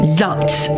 lots